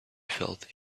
felt